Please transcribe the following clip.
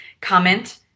comment